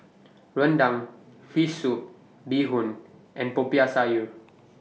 Rendang Fish Soup Bee Hoon and Popiah Sayur